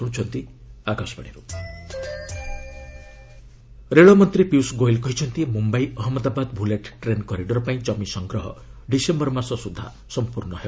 bullet train Goyal ରେଳମନ୍ତ୍ରୀ ପିୟୁଷ୍ ଗୋୟଲ୍ କହିଛନ୍ତି Mumbai Ahmedabad bullet train corridor ପାଇଁ ଜମି ସଂଗ୍ରହ ଡିସେମ୍ବର ମାସ ସୁଦ୍ଧା ସମ୍ପୂର୍ଣ୍ଣ ହେବ